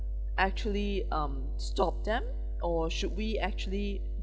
actually um stopped them or should we actually